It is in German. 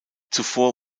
zuvor